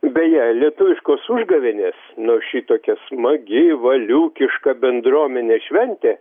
beje lietuviškos užgavėnės nors šitokia smagi valiūkiška bendruomenės šventė